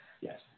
Yes